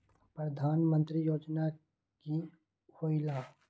प्रधान मंत्री योजना कि होईला?